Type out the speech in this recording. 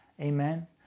Amen